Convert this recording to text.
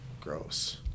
Gross